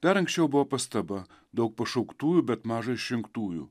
dar anksčiau buvo pastaba daug pašauktųjų bet maža išrinktųjų